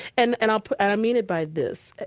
and and i'll and i'll mean it by this.